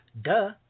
Duh